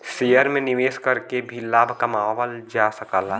share में निवेश करके भी लाभ कमावल जा सकला